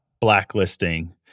blacklisting